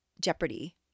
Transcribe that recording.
Jeopardy